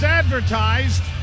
advertised